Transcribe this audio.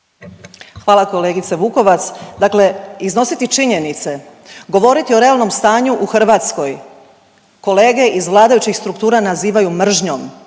Hvala kolegice Vukovac. Dakle, iznositi činjenice, govoriti o realnom stanju u Hrvatskoj kolege iz vladajućih struktura nazivaju mržnjom.